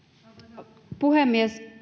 arvoisa puhemies